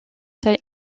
taille